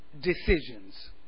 Decisions